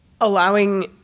allowing